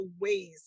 ways